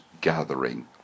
gathering